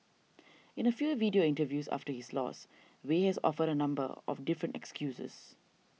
in a few video interviews after his loss Wei has offered a number of different excuses